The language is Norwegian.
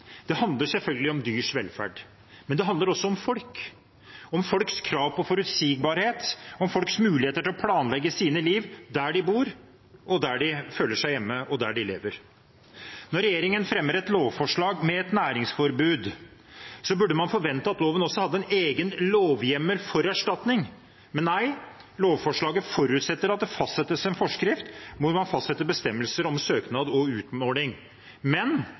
Dette handler selvfølgelig om dyrs velferd, men det handler også om folk – om folks krav om forutsigbarhet og folks mulighet til å planlegge livene sine der de bor, der de føler seg hjemme, og der de lever. Når regjeringen fremmer et lovforslag med et næringsforbud, burde man forvente at loven også hadde en egen lovhjemmel for erstatning. Men nei, lovforslaget forutsetter at det fastsettes en forskrift hvor man fastsetter bestemmelser om søknad og utmåling. Men